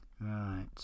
Right